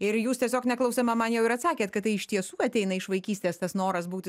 ir jūs tiesiog neklausiama man jau ir atsakėt kad tai iš tiesų ateina iš vaikystės tas noras būti